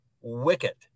Wicket